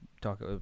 Talk